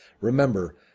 Remember